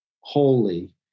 holy